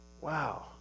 wow